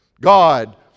God